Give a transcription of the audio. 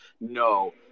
no